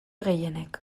gehienek